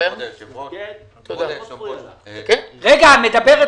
כל הדיון הזה שמתקיים היום אחרי הדיון בשבוע שעבר קורה